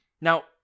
Now